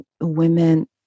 women